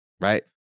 right